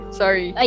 sorry